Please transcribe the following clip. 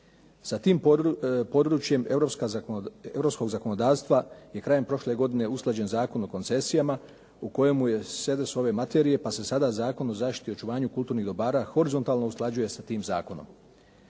Sa tim područjem europskog zakonodavstva je krajem prošle godine usklađen Zakon o koncesijama u kojima je …/Govornik se ne razumije./… ove materije, pa se sada Zakon o zaštiti i očuvanju kulturnih dobara horizontalno usklađuje sa tim zakonom.